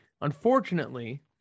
Unfortunately